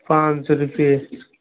पाँच सौ रुपये